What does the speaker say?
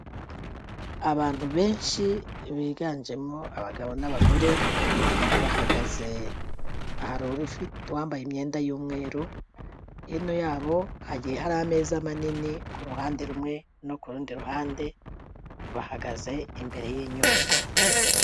Abantu benshi biganjemo abagabo n'abagore, bahagaze hari uwambaye imyenda y'umweru, hino yabo, hagiye hari ameza manini ku ruhande rumwe no ku rundi ruhande, bahagaze imbere y'inyubako.